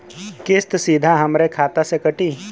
किस्त सीधा हमरे खाता से कटी?